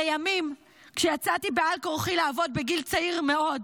לימים, כשיצאתי בעל כורחי לעבוד, בגיל צעיר מאוד,